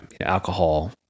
alcohol